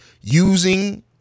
using